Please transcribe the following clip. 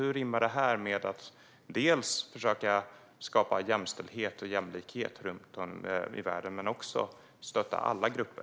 Hur rimmar det med att dels försöka skapa jämställdhet och jämlikhet runt om i världen, dels stötta alla grupper?